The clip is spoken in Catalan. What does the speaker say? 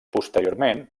posteriorment